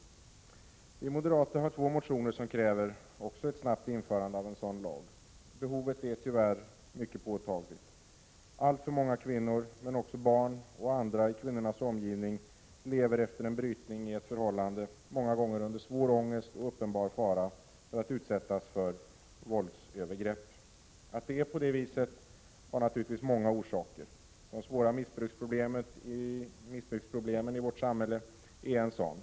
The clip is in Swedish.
Vi moderater har två motioner som kräver ett snabbt införande av en sådan lag. Behovet är tyvärr påtagligt. Alltför många kvinnor, men också barn och andra i kvinnornas omgivning, lever efter en brytning ofta i svår ångest och uppenbar fara för att utsättas för våldsövergrepp. Att det är på detta vis har naturligtvis många orsaker. De svåra missbruksproblemen i vårt samhälle är en sådan.